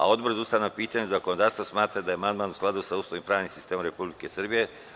Odbor za ustavna pitanja i zakonodavstvo smatra da je amandman u skladu sa Ustavom i pravnim sistemom Republike Srbije.